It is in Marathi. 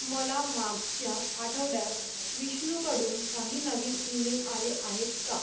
मला मागच्या आठवड्यात विष्णुकडून काही नवीन इमेल आले आहेत का